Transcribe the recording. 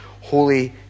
holy